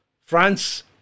France